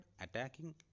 attacking